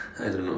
I don't know